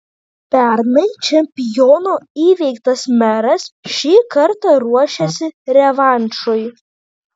pernai čempiono įveiktas meras šį kartą ruošiasi revanšui